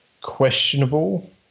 questionable